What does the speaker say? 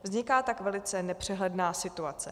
Vzniká tak velice nepřehledná situace.